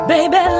Baby